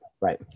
right